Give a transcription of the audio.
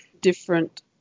different